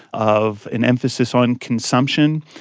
of an emphasis on consumption,